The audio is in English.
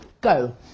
Go